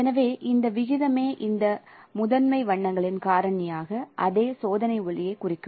எனவே இந்த விகிதமே இந்த முதன்மை வண்ணங்களின் காரணியாக அதே சோதனை ஒளியைக் குறிக்கும்